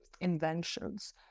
inventions